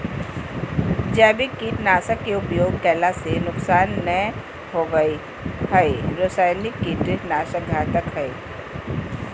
जैविक कीट नाशक के उपयोग कैला से नुकसान नै होवई हई रसायनिक कीट नाशक घातक हई